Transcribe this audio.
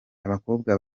abakobwa